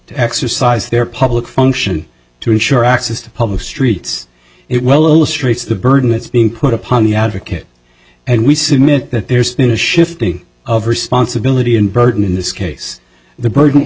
to exercise their public function to ensure access to public streets it well illustrates the burden that's being put upon the advocate and we submit that there's been a shifting of responsibility in burden in this case the burden